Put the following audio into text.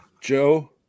Joe